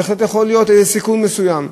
בהחלט יכול להיות איזה סיכון מסוים.